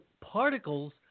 particles